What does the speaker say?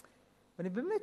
ובאמת,